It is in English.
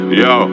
yo